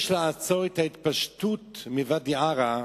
"יש לעצור את ההתפשטות מוואדי-עארה",